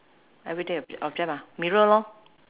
everyday ob~ object lah mirror lor